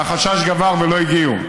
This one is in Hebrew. והחשש גבר ולא הגיעו.